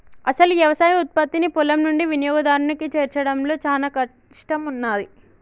అసలు యవసాయ ఉత్పత్తిని పొలం నుండి వినియోగదారునికి చేర్చడంలో చానా కష్టం ఉన్నాది